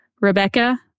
Rebecca